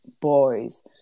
boys